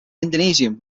indonesian